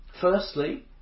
Firstly